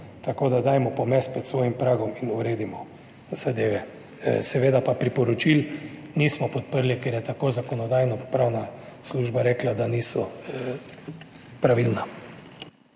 Tako da dajmo pomesti pred svojim pragom in uredimo zadeve. Seveda pa priporočil nismo podprli, ker je tako Zakonodajno-pravna služba rekla, da niso pravilna.